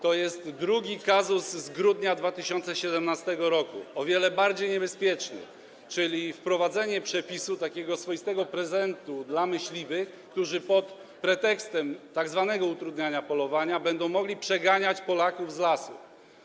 To jest drugi kazus z grudnia 2017 r., o wiele bardziej niebezpieczny, czyli wprowadzenie przepisu będącego takim swoistym prezentem dla myśliwych, którzy pod pretekstem tzw. utrudniania polowania będą mogli przeganiać Polaków z lasu.